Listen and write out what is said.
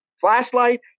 flashlight